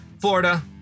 Florida